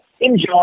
Enjoy